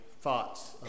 thoughts